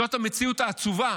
זאת המציאות העצובה